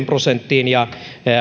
prosenttiin ja